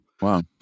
Wow